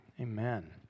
amen